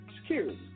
security